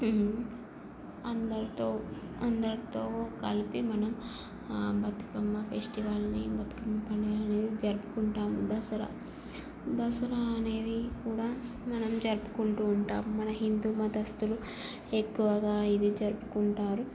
అందరితో అందరితో కలిపి మనం బతుకమ్మ ఫెస్టివల్ని బతుకమ్మ పండుగని జరుపుకుంటాము దసరా దసరా అనేది కూడా మనం జరుపుకుంటు ఉంటాం మన హిందూ మతస్థులు ఎక్కువగా ఇవి జరుపుకుంటారు